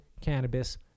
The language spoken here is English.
cannabis